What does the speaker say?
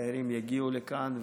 התיירים יגיעו לכאן,